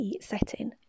setting